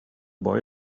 boy